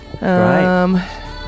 Right